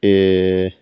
ए